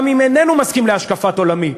גם אם איננו מסכים להשקפת עולמי,